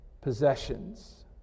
possessions